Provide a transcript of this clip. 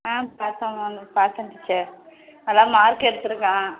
ஆ pass ஆவான்னு பார்த்தேன் teacher நல்லா மார்க்கு எடுத்திருக்கான்